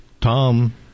Tom